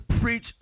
preach